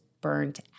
burnt